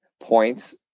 points